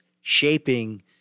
shaping